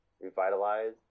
revitalize